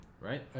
Right